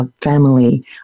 family